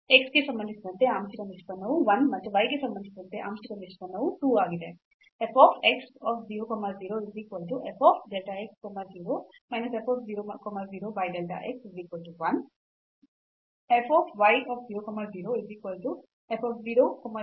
x ಗೆ ಸಂಬಂಧಿಸಿದಂತೆ ಆಂಶಿಕ ನಿಷ್ಪನ್ನವು 1 ಮತ್ತು y ಗೆ ಸಂಬಂಧಿಸಿದಂತೆ ಆಂಶಿಕ ನಿಷ್ಪನ್ನವು 2 ಆಗಿದೆ